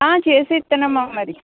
చేసిస్తానమ్మా మరి